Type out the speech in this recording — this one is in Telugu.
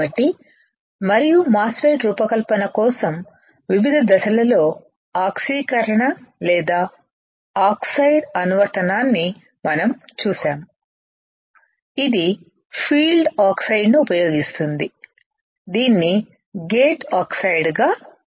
కాబట్టి మరియు మాస్ ఫెట్ రూపకల్పన కోసం వివిధ దశలలో ఆక్సీకరణ లేదా ఆక్సైడ్ల అనువర్తనాన్ని మనం చూశాము ఇది ఫీల్డ్ ఆక్సైడ్ను ఉపయోగిస్తుంది దీనిని గేట్ ఆక్సైడ్ గా ఉపయోగిస్తారు